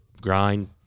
grind